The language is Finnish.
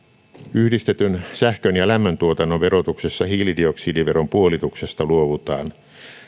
yhdistetyn sähkön ja lämmön tuotannon verotuksessa hiilidioksidiveron puolituksesta luovutaan